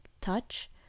touch